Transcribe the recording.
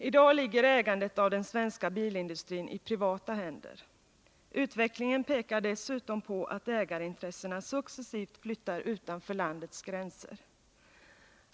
I dag ligger ägandet av den svenska bilindustrin i privata händer. Utvecklingen pekar dessutom på att ägarintressena successivt flyttar utanför landets gränser.